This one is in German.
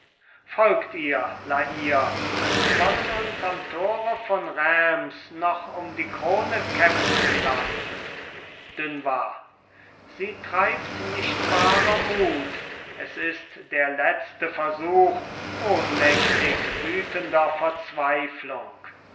folgt ihr la hire sie wollen uns am tore von reims noch um die krone kämpfen lassen dunois sie treibt nicht wahrer mut es ist der letzte versuch ohnmächtig wütender verzweiflung